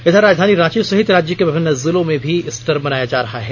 इधर राजधानी रांची सहित राज्य के विभिन्न जिलों में भी ईस्टर मनाया जा रहा है